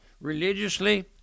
religiously